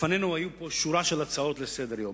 לפנינו היו פה שורה של הצעות לסדר-יום,